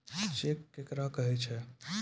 Cheque केकरा कहै छै?